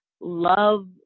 love